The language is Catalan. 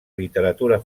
literatura